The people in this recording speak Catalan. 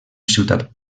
ciutat